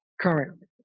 currently